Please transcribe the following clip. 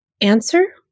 answer